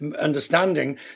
understanding